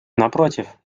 напротив